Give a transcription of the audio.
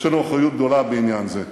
יש לנו אחריות גדולה בעניין זה.